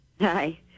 Hi